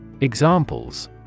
Examples